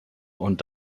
und